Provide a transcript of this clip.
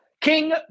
King